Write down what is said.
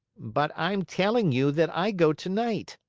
but i'm telling you that i go tonight.